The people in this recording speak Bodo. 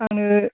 आंनो